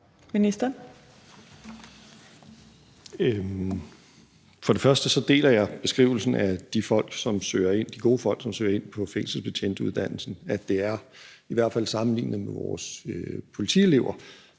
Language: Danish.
vil jeg sige, at jeg deler beskrivelsen af de gode folk, som søger ind på fængselsbetjentuddannelsen, nemlig at det, i hvert fald sammenlignet med vores politielever,